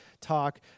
talk